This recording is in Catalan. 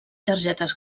targetes